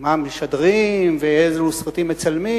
מה משדרים ואילו סרטים מצלמים,